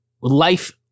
life